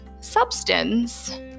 substance